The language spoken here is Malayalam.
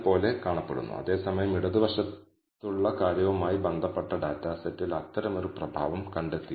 ഡിനോമിനേറ്റർ പ്രതിനിധീകരിക്കുന്ന നോർമലൈസേഷൻ എസ്എസ്ഇ ശതമാനത്തിന്റെ ചില അർത്ഥത്തിൽ ആൾട്ടർനേറ്റീവ് ഹൈപോതെസിന് ലഭിച്ച പിശകാണ്